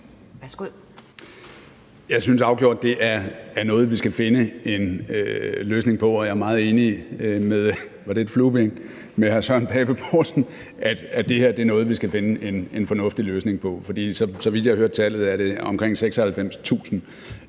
Jeg synes afgjort, at det er noget, vi skal finde en løsning på – jeg er meget enig med hr. Søren Pape Poulsen i, at det her er noget, vi skal finde en fornuftig løsning på. Så vidt jeg hørte tallet, er det omkring 96.000